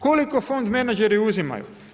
Koliko fond menadžeri uzimaju?